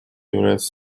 является